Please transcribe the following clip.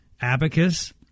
Abacus